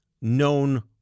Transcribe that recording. known